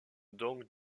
donc